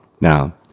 Now